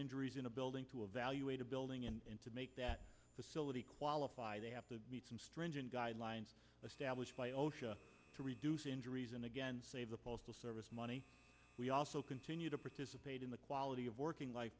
injuries in a building to evaluate a building and to make that facility qualify they have to meet some stringent guidelines established by osha to reduce injuries and again save the postal service money we also continue to participate in the quality of working life